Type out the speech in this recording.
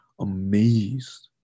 amazed